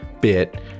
bit